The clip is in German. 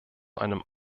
einem